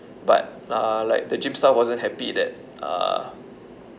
but uh like the gym staff wasn't happy that uh